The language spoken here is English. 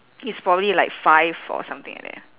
it's probably like five or something like that